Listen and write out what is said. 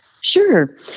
Sure